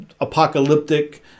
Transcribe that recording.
apocalyptic